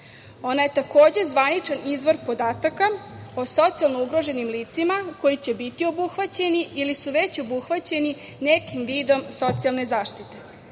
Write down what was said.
Ona je takođe zvaničan izvor podataka o socijalno ugroženim licima koji će biti obuhvaćeni ili su već obuhvaćeni nekim vidom socijalne zaštite. Baza